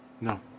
No